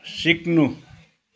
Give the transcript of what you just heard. सिक्नु